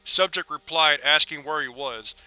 subject replied, asking where he was.